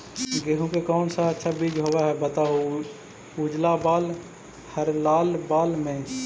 गेहूं के कौन सा अच्छा बीज होव है बताहू, उजला बाल हरलाल बाल में?